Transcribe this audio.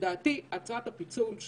הצעת הפיצול,